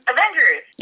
Avengers